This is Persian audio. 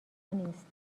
نیست